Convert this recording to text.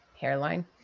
hairline